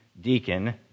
deacon